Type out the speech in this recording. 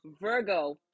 Virgo